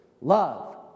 love